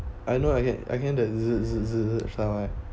I know I can't I can't that somewhere